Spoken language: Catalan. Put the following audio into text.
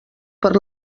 per